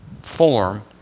form